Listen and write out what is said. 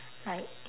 like